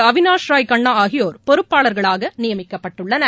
அவினாஷ் ராய் கண்ணா ஆகியோர் பொறுப்பாளர்களாக நியமிக்கப்பட்டுள்ளனர்